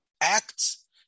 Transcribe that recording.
acts